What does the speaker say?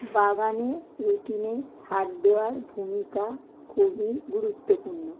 বাগানে রুটিনে সার দেওয়ার ভূমিকা খুবই গুরুত্বপূর্ণ